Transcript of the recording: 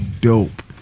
dope